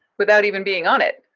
without even being on it.